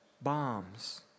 bombs